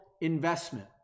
investment